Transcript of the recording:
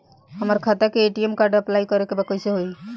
हमार खाता के ए.टी.एम कार्ड अप्लाई करे के बा कैसे होई?